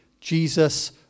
Jesus